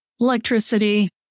electricity